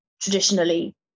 traditionally